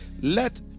Let